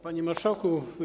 Panie Marszałku!